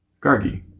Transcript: Gargi